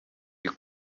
ibi